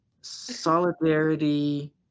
solidarity